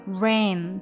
rain